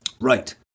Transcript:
right